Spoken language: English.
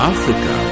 Africa